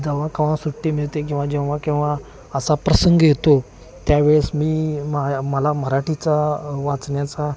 जेव्हा केव्हा सुट्टी मिळते किंवा जेव्हा केव्हा असा प्रसंग येतो त्यावेळेस मी मा मला मराठीचा वाचण्याचा